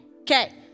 okay